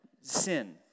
sin